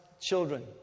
children